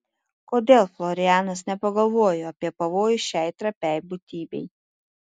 kodėl florianas nepagalvojo apie pavojų šiai trapiai būtybei